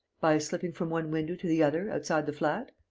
by slipping from one window to the other, outside the flat?